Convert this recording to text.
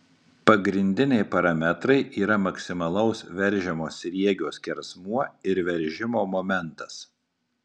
pagrindiniai parametrai yra maksimalaus veržiamo sriegio skersmuo ir veržimo momentas